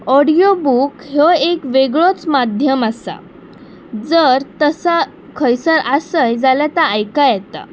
audio book ह्यो एक वेगळोच माध्यम आसा जर तसा खंयसर आसय जाल्यार ता आयका येता